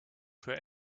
für